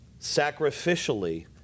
sacrificially